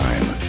Time